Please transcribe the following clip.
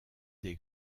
des